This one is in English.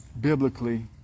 biblically